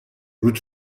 روت